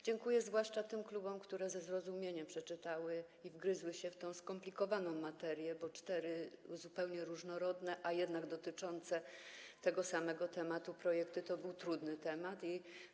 Dziękuję zwłaszcza tym klubom, które ze zrozumieniem go przeczytały i wgryzły się w tę skomplikowaną materię, bo cztery zupełnie różnorodne, a jednak dotyczące tego samego tematu projekty to było trudne zadanie.